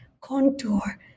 contour